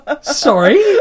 Sorry